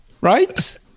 Right